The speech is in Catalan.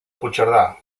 puigcerdà